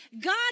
God